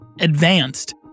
advanced